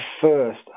first